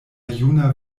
juna